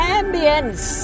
ambience